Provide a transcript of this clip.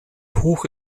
hoch